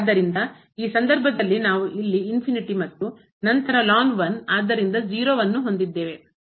ಆದ್ದರಿಂದ ಈ ಸಂದರ್ಭದಲ್ಲಿ ನಾವು ಇಲ್ಲಿ ಮತ್ತು ನಂತರ ln 1 ಆದ್ದರಿಂದ 0 ಅನ್ನು ಹೊಂದಿದ್ದೇವೆ